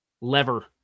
lever